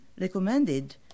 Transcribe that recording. recommended